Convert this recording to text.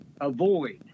avoid